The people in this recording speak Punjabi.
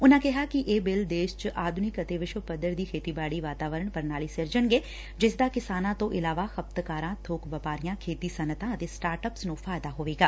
ਉਨੂਂ ਕਿਹਾ ਕਿ ਇਹ ਬਿੱਲ ਦੇਸ਼ ਚ ਆਧੁਨਿਕ ਅਤੇ ਵਿਸ਼ਵ ਪੱਧਰ ਦੀ ਖੇਤੀਬਾੜੀ ਵਾਤਾਵਰਣ ਪ੍ਰਣਾਲੀ ਸਿਰਜਣਗੇ ਜਿਸਦਾ ਕਿਸਾਨਾਂ ਤੋਂ ਇਲਾਵਾ ਖਪਤਕਾਰਾਂ ਥੋਕ ਵਪਾਰੀਆਂ ਖੇਤੀ ਸੱਨਅਤਾਂ ਅਤੇ ਸਟਾਅਪ ਨੂੰ ਫਾਇਦਾ ਹੋਏਗਾ